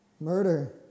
murder